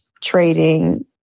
trading